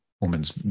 woman's